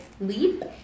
leap